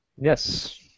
Yes